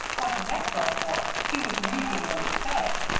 what does that go for? he was winking when he said it.